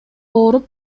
ооруп